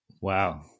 Wow